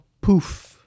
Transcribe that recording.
Poof